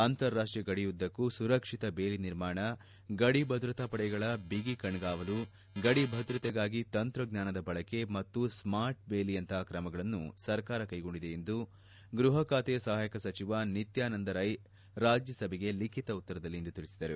ಅಂತಾರಾಷ್ಟೀಯ ಗಡಿಯುದ್ದಕ್ಕೂ ಸುರಕ್ಷಿತ ಬೇಲಿ ನಿರ್ಮಾಣ ಗಡಿ ಭದ್ರತಾ ಪಡೆಗಳ ಬಿಗಿ ಕಣ್ಗಾವಲು ಗಡಿ ಭದ್ರತೆಗಾಗಿ ತಂತ್ರಜ್ಞಾನದ ಬಳಕೆ ಮತ್ತು ಸ್ಕಾರ್ಟ್ ಬೇಲಿಯಂತಹ ಕ್ರಮಗಳನ್ನು ಸರ್ಕಾರ ಕ್ಲೆಗೊಂಡಿದೆ ಎಂದು ಗ್ರಹ ಖಾತೆಯ ಸಹಾಯಕ ಸಚಿವ ನಿತ್ಲನಂದರ್ನೆ ರಾಜ್ಲಸಭೆಗೆ ಲಿಖಿತ ಉತ್ತರದಲ್ಲಿ ಇಂದು ತಿಳಿಸಿದರು